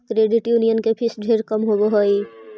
credit union के fees ढेर कम होब हई